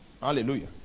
Hallelujah